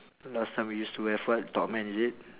last time we used to have what topman is it